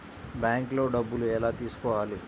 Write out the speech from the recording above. బ్యాంక్లో డబ్బులు ఎలా తీసుకోవాలి?